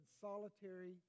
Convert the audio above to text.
solitary